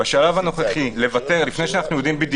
בשלב הנוכחי לבטל, לפני שאנחנו יודעים את